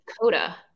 Coda